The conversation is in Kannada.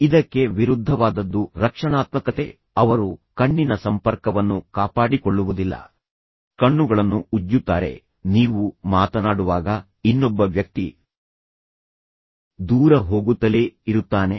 ಇದಕ್ಕೆ ವಿರುದ್ಧವಾದದ್ದು ರಕ್ಷಣಾತ್ಮಕತೆ ಅವರು ಕಣ್ಣಿನ ಸಂಪರ್ಕವನ್ನು ಕಾಪಾಡಿಕೊಳ್ಳುವುದಿಲ್ಲ ಕಣ್ಣುಗಳನ್ನು ಉಜ್ಜುತ್ತಾರೆ ನೀವು ಮಾತನಾಡುವಾಗ ಇನ್ನೊಬ್ಬ ವ್ಯಕ್ತಿ ದೂರ ಹೋಗುತ್ತಲೇ ಇರುತ್ತಾನೆ